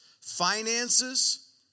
finances